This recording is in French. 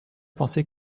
pensée